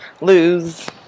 Lose